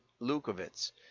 Lukovitz